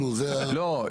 לא,